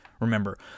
remember